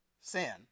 sin